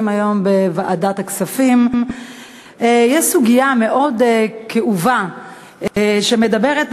היום בוועדת הכספים בכך שיש סוגיה כאובה מאוד,